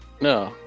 No